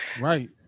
right